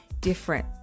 different